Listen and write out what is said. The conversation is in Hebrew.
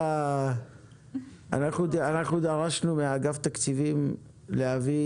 אנחנו דרשנו מאגף התקציבים לשלוח לכאן